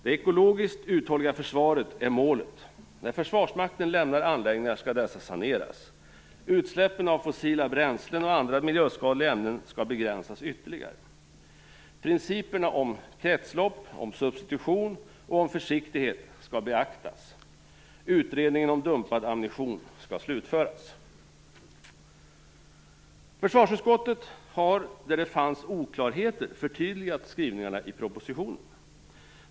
Det ekologiskt uthålliga försvaret är målet. När Försvarsmakten lämnar anläggningar skall dessa saneras. Utsläppen av fossila bränslen och andra miljöskadliga ämnen skall begränsas ytterligare. Principerna om kretslopp, om substitution och om försiktighet skall beaktas. Utredningen om dumpad ammunition skall slutföras. Försvarsutskottet har där det fanns oklarheter i skrivningarna i propositionen förtydligat dessa.